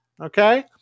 Okay